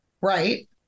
right